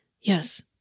Yes